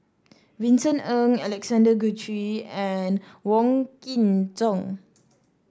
Vincent Ng Alexander Guthrie and Wong Kin Jong